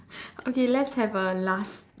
okay let's have a last